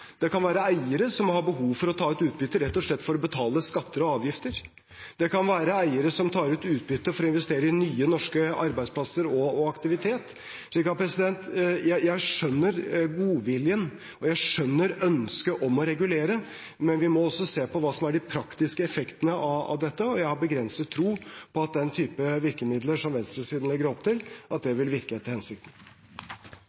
Det kan være eiere som har behov for å ta ut utbytte rett og slett for å betale skatter og avgifter. Det kan være eiere som tar ut utbytte for å investere i nye norske arbeidsplasser og aktivitet. Jeg skjønner godviljen, og jeg skjønner ønsket om å regulere, men vi må også se på hva som er de praktiske effektene av dette, og jeg har begrenset tro på at den type virkemidler som venstresiden legger opp til,